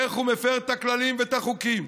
איך הוא מפר את הכללים ואת החוקים,